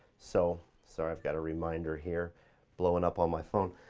so, sorry i've got a reminder here blowing up on my phone.